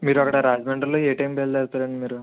మీరు అక్కడ రాజమండ్రిలో ఏ టైమ్కి బయలుదేరుతారు అండి మీరు